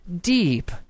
deep